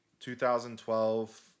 2012